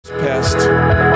past